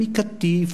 מקטיף,